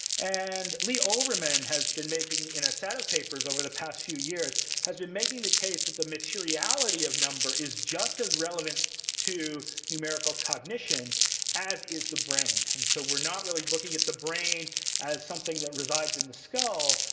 and lee overman has been making, in a set of papers over the past few years has been making the case that the materiality of number is just as relevant to numerical cognition as is the brain. and so we're not really looking at the brain as something that resides resides in the skull.